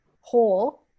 whole